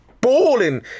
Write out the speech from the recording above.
balling